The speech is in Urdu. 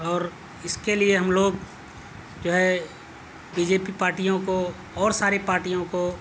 اور اس کے لیے ہم لوگ جو ہے بی جے پی پارٹیوں کو اور ساری پارٹیوں کو